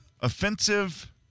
offensive